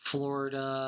Florida